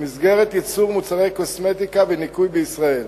במסגרת ייצור מוצרי קוסמטיקה וניקוי בישראל.